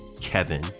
Kevin